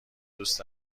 دوست